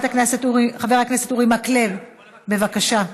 חבר הכנסת אורי מקלב, בבקשה.